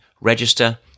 register